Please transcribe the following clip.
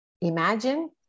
Imagine